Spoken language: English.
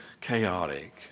chaotic